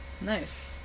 Nice